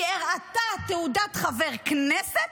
היא הראתה תעודת חבר כנסת,